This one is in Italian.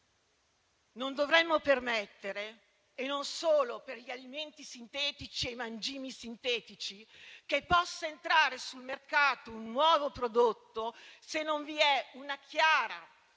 non dovremmo permettere, non solo per gli alimenti e i mangimi sintetici, che possa entrare sul mercato un nuovo prodotto, se non vi è una chiara e